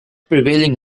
prevailing